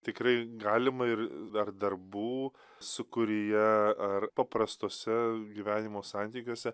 tikrai galima ir dar darbų sūkuryje ar paprastuose gyvenimo santykiuose